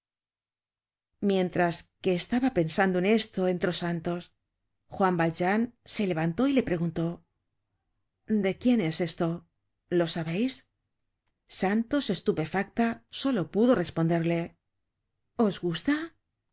mientras que estaba pensando en esto entró santos juan valjean se levantó y la preguntó de quién es esto lo sabeis santos estupefacta solo pudo responderle os gusta